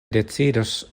decidos